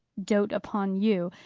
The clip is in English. dote upon you.